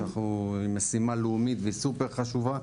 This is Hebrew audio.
שהיא משימה לאומית וסופר חשובה,